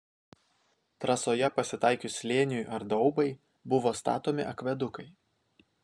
trasoje pasitaikius slėniui ar daubai buvo statomi akvedukai